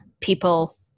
people